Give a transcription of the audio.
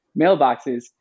mailboxes